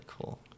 cool